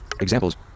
Examples